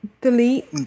delete